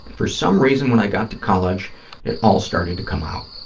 and for some reason, when i got to college it all started to come out.